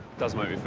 does make